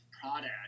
product